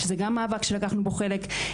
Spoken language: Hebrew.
גם זה מאבק שלקחנו בו חלק.